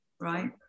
right